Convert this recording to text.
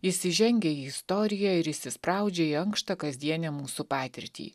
jis įžengia į istoriją ir įsispraudžia į ankštą kasdienę mūsų patirtį